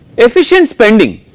efficient spending.